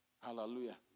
Hallelujah